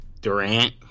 Durant